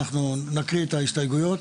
אנחנו נקריא את ההסתייגויות.